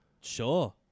Sure